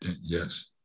Yes